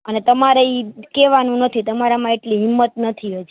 અને તમારે એ કહેવાનું નથી તમારામાં એટલી હિંમત નથી હજી